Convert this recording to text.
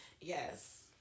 Yes